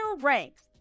Ranks